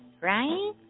Right